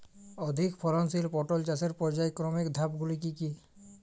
অধিক ফলনশীল পটল চাষের পর্যায়ক্রমিক ধাপগুলি কি কি?